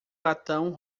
latão